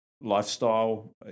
lifestyle